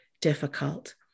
difficult